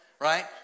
right